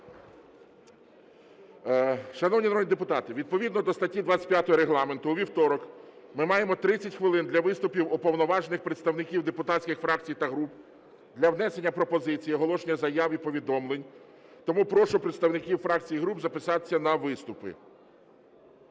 Шановні народні депутати, відповідно до статті 25 Регламенту у вівторок ми маємо 30 хвилин для виступів уповноважених представників депутатських фракцій та груп для внесення пропозицій, оголошення заяв і повідомлень. Тому прошу представників фракцій і груп записатися на виступи.